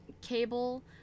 cable